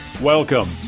Welcome